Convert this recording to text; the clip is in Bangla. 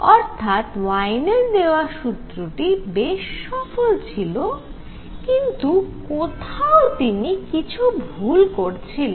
অর্থাৎ ওয়েইনের দেওয়া সূত্রটি বেশ সফল ছিল কিন্তু কোথাও তিনি কিছু ভুল করছিলেন